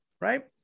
Right